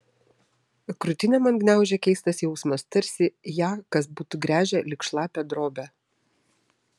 krūtinę man gniaužė keistas jausmas tarsi ją kas būtų gręžę lyg šlapią drobę